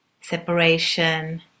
separation